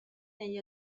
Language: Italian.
negli